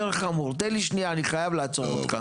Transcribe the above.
זה יותר חמור, תן לי שניה אני חייב לעצור אותך.